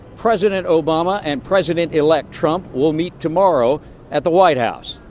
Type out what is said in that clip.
president obama and president-elect trump will meet tomorrow at the white house.